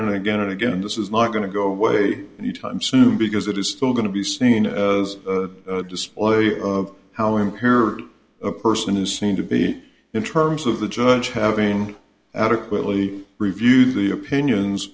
and again and again this is not going to go away anytime soon because it is still going to be seen as a display of how impaired a person is seen to be in terms of the judge having adequately reviewed the opinions